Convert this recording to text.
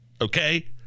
Okay